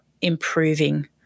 improving